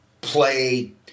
Play